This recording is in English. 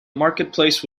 marketplace